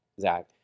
Zach